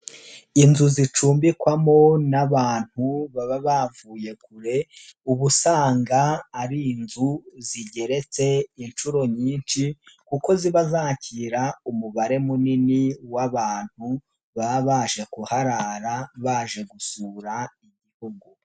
Inzu zicumbikwamo n'abantu baba bavuye kure uba usanga ari inzu zigeretse inshuro nyinshi kuko ziba zakira umubare munini w'abantu baba baje kuharara baje gusura igihugu.